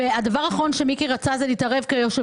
הדבר האחרון שמיקי לוי רצה לעשות זה להתערב כיושב-ראש.